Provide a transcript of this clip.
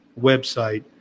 website